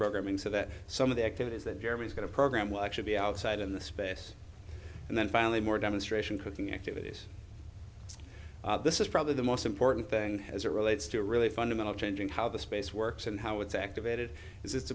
programming so that some of the activities that jeremy's going to program will actually be outside in the space and then finally more demonstration cooking activities this is probably the most important thing as it relates to a really fundamental change in how the space works and how it's activated it's